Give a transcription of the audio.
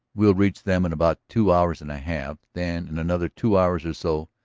we'll reach them in about two hours and a half. then, in another two hours or so,